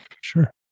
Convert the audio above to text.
sure